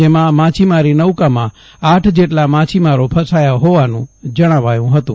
જેના માછીમારી નૌકામં આઠ જેટલા માછીમારો ફસાયા હોવાનું જણાવ્યું હતું